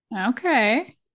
Okay